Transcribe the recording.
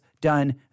done